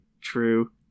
True